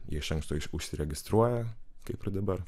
jie iš anksto užsiregistruoja kaip ir dabar